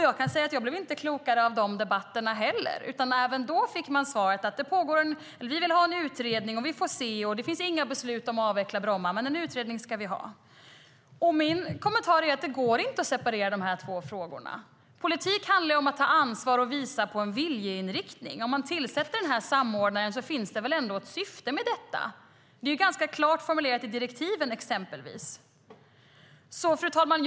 Jag kan säga att jag inte blev klokare av de debatterna, utan även då fick vi svaret att ni vill ha en utredning och man får se och det finns inga beslut om att avveckla Bromma. Men en utredning ska vi ha. Min kommentar är att det inte går att separera de här två frågorna. Politik handlar om att ta ansvar och visa på en viljeinriktning. Om man tillsätter en samordnare finns det väl ändå ett syfte med detta? Det är ganska klart formulerat i direktiven exempelvis. Fru talman!